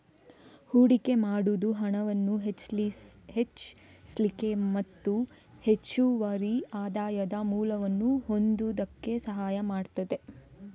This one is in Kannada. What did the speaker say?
ಹೂಡಿಕೆ ಮಾಡುದು ಹಣವನ್ನ ಹೆಚ್ಚಿಸ್ಲಿಕ್ಕೆ ಮತ್ತೆ ಹೆಚ್ಚುವರಿ ಆದಾಯದ ಮೂಲವನ್ನ ಹೊಂದುದಕ್ಕೆ ಸಹಾಯ ಮಾಡ್ತದೆ